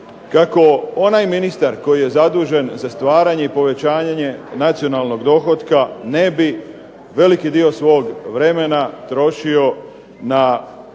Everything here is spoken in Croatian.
kako onaj ministar koji je zadužen za stvaranje i povećanje nacionalnog dohotka ne bi veliki dio svog vremena trošio na